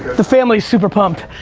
the family is super pumped.